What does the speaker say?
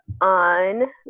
on